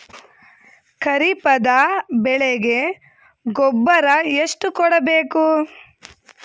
ಖರೀಪದ ಬೆಳೆಗೆ ಗೊಬ್ಬರ ಎಷ್ಟು ಕೂಡಬೇಕು?